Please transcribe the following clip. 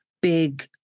big